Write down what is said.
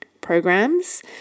programs